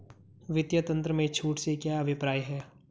वित्तीय तंत्र में छूट से क्या अभिप्राय है?